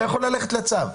אתה יכול ללכת לצו.